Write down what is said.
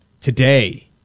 today